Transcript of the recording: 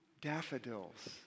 daffodils